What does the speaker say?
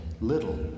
little